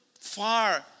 far